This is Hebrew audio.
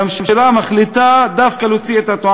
והממשלה מחליטה דווקא להוציא את התנועה